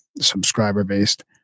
subscriber-based